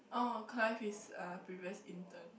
oh Clive is a previous intern